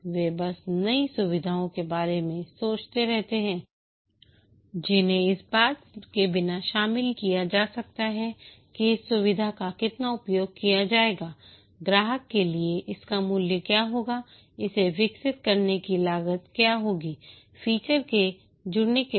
वे बस नई सुविधाओं के बारे में सोचते रहते हैं जिन्हें इस बात के बिना शामिल किया जा सकता है कि इस सुविधा का कितना उपयोग किया जाएगा ग्राहक के लिए इसका मूल्य क्या होगाइसे विकसित करने की लागत क्या होगी फीचर के जुड़ने के बाद